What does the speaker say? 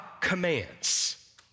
commands